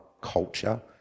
culture